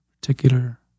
particular